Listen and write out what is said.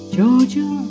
Georgia